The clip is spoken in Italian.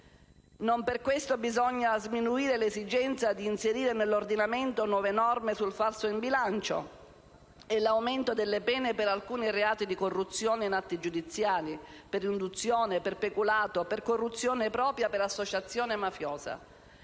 Non per questo bisogna sminuire l'esigenza di inserire nell'ordinamento nuove norme sul falso in bilancio e l'aumento delle pene per alcuni reati di corruzione in atti giudiziari, per induzione, per peculato, per corruzione propria e per associazione mafiosa.